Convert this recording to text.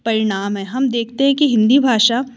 परिणाम है हम देखते हैं कि हिंदी भाषा